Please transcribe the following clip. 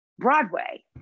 broadway